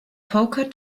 poker